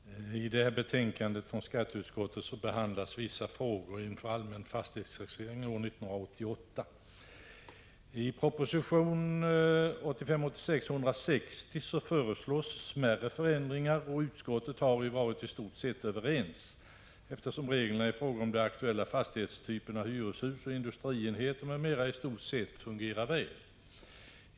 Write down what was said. Herr talman! I detta betänkande från skatteutskottet behandlas vissa frågor inför allmän fastighetstaxering år 1988. I propositionen 1985/86:160 föreslås smärre förändringar, och i utskottet har vi varit i stort sett överens, eftersom reglerna i fråga om de aktuella fastighetstyperna hyreshus och industrienheter m.m. i stort sett fungerar väl.